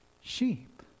sheep